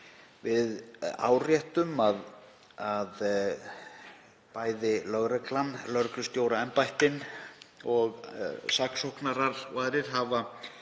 við áréttum að lögreglan, lögreglustjóraembættin, saksóknarar og aðrir hafa